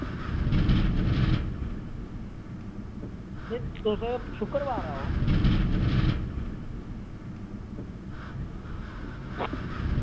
नेईं तुस शुक्रवार आओ